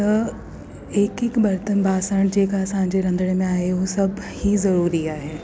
त हिकु हिकु बर्तन बासण जेका असांजे रंधिणे में आहे उहो सभु इहा ज़रूरी आहे